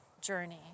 journey